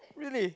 really